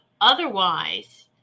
Otherwise